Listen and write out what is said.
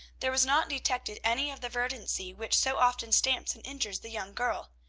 there was not detected any of the verdancy which so often stamps and injures the young girl.